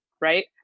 right